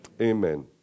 Amen